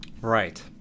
Right